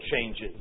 changes